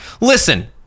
Listen